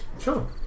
Sure